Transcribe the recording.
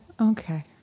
Okay